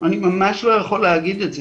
אני ממש לא יכול להגיד את זה.